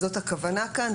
זאת הכוונה כאן,